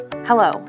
Hello